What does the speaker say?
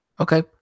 Okay